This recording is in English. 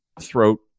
throat